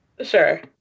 Sure